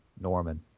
norman